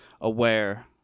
aware